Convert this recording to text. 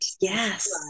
Yes